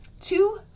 two